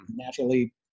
naturally